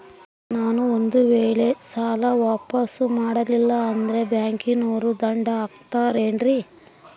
ನಾನು ಒಂದು ವೇಳೆ ಸಾಲ ವಾಪಾಸ್ಸು ಮಾಡಲಿಲ್ಲಂದ್ರೆ ಬ್ಯಾಂಕನೋರು ದಂಡ ಹಾಕತ್ತಾರೇನ್ರಿ?